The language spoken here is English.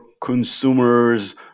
consumers